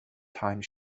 time